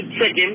chicken